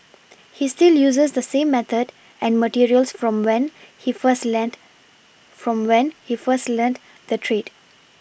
he still uses the same method and materials from when he first lent from when he first learnt the trade